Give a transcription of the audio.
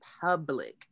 public